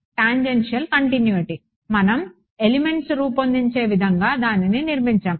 tangential continuity మనం elements రూపొందించే విధంగా దానిని నిర్మించాము